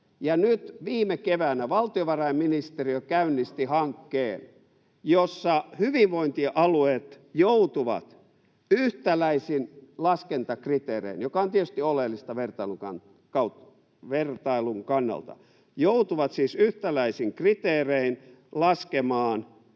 Nyt viime keväänä valtiovarainministeriö käynnisti hankkeen, jossa hyvinvointialueet joutuvat yhtäläisin laskentakriteerein — mikä on tietysti oleellista vertailun kannalta — laskemaan omien